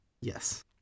yes